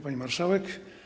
Pani Marszałek!